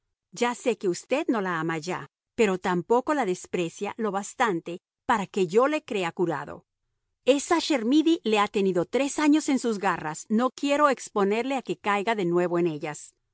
ya sé que usted no la ama ya pero tampoco la desprecia lo bastante para que yo le crea curado esa chermidy le ha tenido tres años en sus garras no quiero exponerle a que caiga de nuevo en ellas